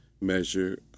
measure